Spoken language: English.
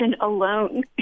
alone